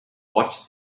watch